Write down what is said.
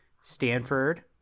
Stanford